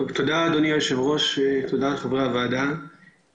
זאת האמירה הראשונה שרציתי לומר.